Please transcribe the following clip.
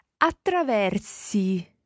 attraversi